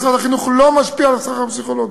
משרד החינוך לא משפיע על שכר הפסיכולוגים.